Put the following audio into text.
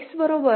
X I